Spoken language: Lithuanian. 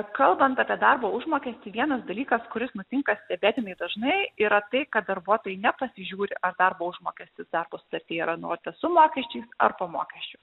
kalbant apie darbo užmokestį vienas dalykas kuris nutinka stebėtinai dažnai yra tai kad darbuotojai nepasižiūri ar darbo užmokestis darbo sutartyje yra nurodytas su mokesčiais ar po mokesčių